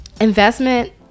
investment